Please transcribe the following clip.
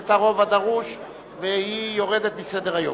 את הרוב והיא יורדת מסדר-היום.